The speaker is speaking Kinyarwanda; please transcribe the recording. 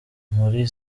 muri